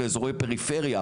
ואזורי הפריפריה-